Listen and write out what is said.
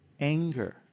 anger